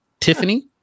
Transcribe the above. Tiffany